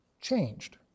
changed